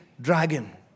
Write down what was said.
dragon